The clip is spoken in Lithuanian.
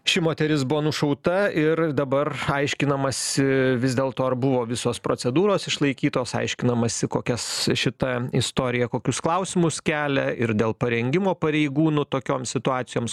ši moteris buvo nušauta ir dabar aiškinamasi vis dėlto ar buvo visos procedūros išlaikytos aiškinamasi kokias šita istorija kokius klausimus kelia ir dėl parengimo pareigūnų tokiom situacijoms